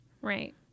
Right